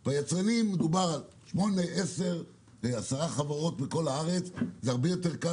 היצרנים הם בערך 10 חברות בארץ זה הרבה יותר קל